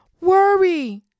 worry